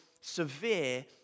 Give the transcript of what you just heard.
severe